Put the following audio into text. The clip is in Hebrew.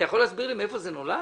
אתה יכול להסביר לי מאיפה זה נולד?